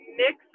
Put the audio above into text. mix